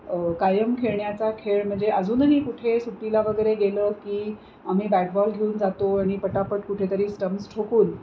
कायम खेळण्याचा खेळ म्हणजे अजूनही कुठे सुट्टीला वगैरे गेलं की आम्ही बॅट बॉल घेऊन जातो आणि पटापट कुठेतरी स्टम्स ठोकून